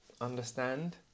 understand